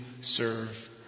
serve